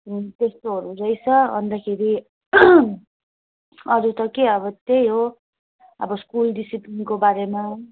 हो त्यस्तोहरू रहेछ अन्तखेरि अरू त के अब त्यही हो अब स्कुल डिसिप्लिनको बारेमा